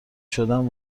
شدن